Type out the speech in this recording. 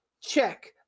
check